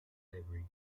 library